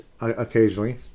occasionally